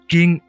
King